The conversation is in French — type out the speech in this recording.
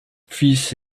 fils